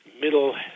middle